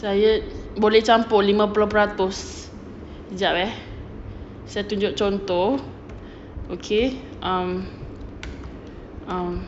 saya boleh campur lima puluh peratus jap eh saya tunjuk contoh okay um um